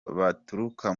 baturuka